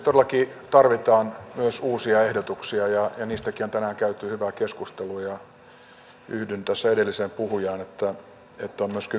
todellakin tarvitaan myös uusia ehdotuksia ja niistäkin on tänään käyty hyvää keskustelua ja yhdyn tässä edelliseen puhujaan että on myös kyky kuunnella